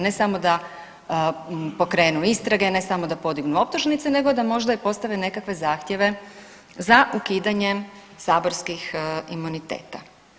Ne samo da pokrenu istrage, ne samo da podignu optužnice nego da možda i postave nekakve zahtjeve za ukidanjem saborskih imuniteta.